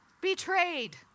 betrayed